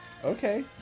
Okay